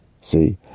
See